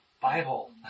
Bible